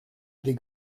des